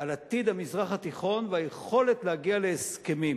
על עתיד המזרח התיכון והיכולת להגיע להסכמים.